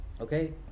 Okay